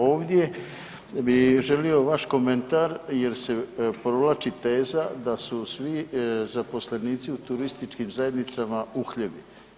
Ovdje bi želio vaš komentar jer se provlači teza da su svi zaposlenici u turističkim zajednicama uhljebi.